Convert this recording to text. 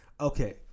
okay